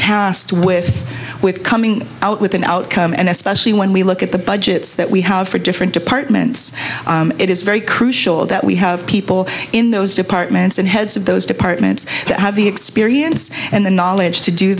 tasked with with coming out with an outcome and especially when we look at the budgets that we have for different departments it is very crucial that we have people in those departments and heads of those departments that have the experience and the knowledge to do